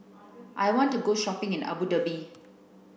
I want to go shopping in Abu Dhabi